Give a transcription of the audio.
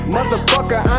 Motherfucker